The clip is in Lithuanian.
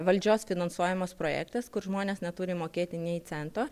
valdžios finansuojamas projektas kur žmonės neturi mokėti nei cento